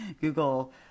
Google